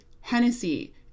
Hennessy